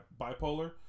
bipolar